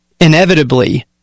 Inevitably